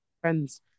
friends